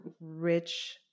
rich